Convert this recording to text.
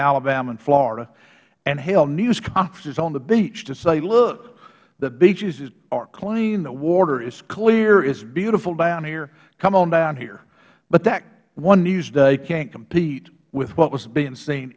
alabama and florida and held news conferences on the beach to say look the beaches are clean the water is clear it's beautiful down here come on down here but that one news day can't compete with what was being s